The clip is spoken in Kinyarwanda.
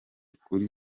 kuri